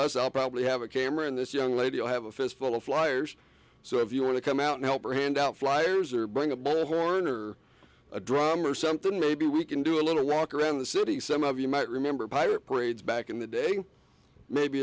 i'll probably have a camera on this young lady i have a fistful of flyers so if you want to come out and help or hand out flyers or bring a bullhorn or a drum or something maybe we can do a little walk around the city some of you might remember pirate parades back in the day maybe